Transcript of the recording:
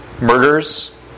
murders